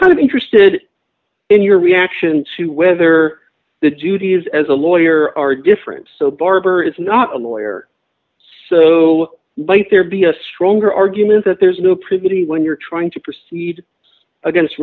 kind of interested in your reaction to whether the duties as a lawyer are different so barbour is not a lawyer so might there be a stronger argument that there's new privity when you're trying to proceed against